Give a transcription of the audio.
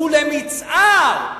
ולמצער,